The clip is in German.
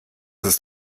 ist